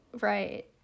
right